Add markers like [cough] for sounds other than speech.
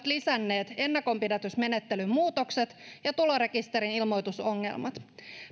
[unintelligible] lisänneet ennakonpidätysmenettelyn muutokset ja tulorekisterin ilmoitusongelmat